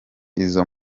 izo